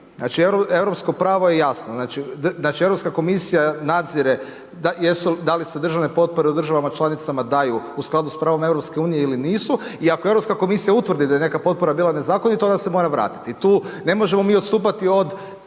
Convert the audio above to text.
Znači europsko pravo je jasno. Znači Europska komisija nadzire da li se državne potpore u državama članicama daju u skladu sa pravom EU ili nisu. I ako Europska komisija utvrdi da je neka potpora bila nezakonita, ona se mora vratiti. I tu ne možemo mi odstupati od